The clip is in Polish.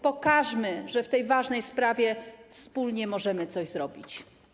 Pokażmy, że w tej ważnej sprawie wspólnie możemy coś zrobić.